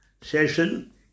Session